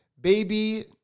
baby